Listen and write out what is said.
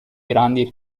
grandi